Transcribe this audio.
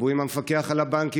דברו עם המפקח על הבנקים,